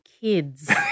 kids